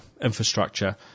infrastructure